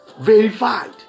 verified